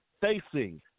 facing